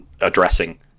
addressing